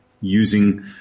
using